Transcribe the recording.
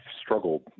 struggled